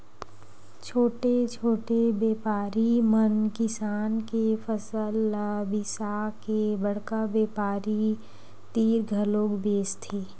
छोटे छोटे बेपारी मन किसान के फसल ल बिसाके बड़का बेपारी तीर घलोक बेचथे